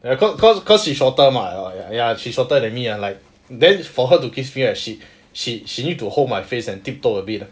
ya cause cause cause she shorter mah like ya ya she shorter than me ah like then for her to kiss me right she she she need to hold my face and tiptoe a bit ah